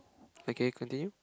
okay continue